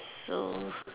so